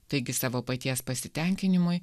taigi savo paties pasitenkinimui